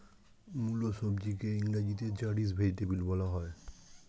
মুলো সবজিকে ইংরেজিতে র্যাডিশ ভেজিটেবল বলা হয়